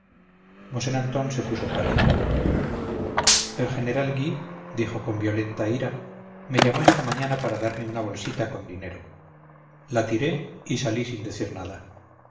antón se puso pálido el general gui dijo con violenta ira me llamó esta mañana para darme una bolsita con dinero la tiré y salí sin decir nada